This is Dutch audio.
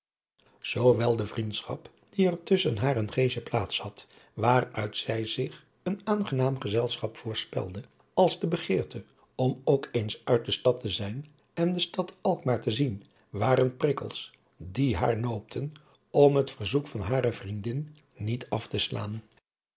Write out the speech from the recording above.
zoowel de vriendschap die er tusschen haar en geesje plaats had waaruit zij zich een aangenaam gezelschap voorspelde als de begeerte om ook eens uit de stad te zijn en de stad alkmaar te zien waren prikkels die haar noopten om het verzoek van hare vriendin niet af te slaan